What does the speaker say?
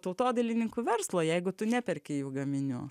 tautodailininkų verslo jeigu tu neperki jų gaminių